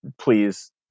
please